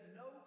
no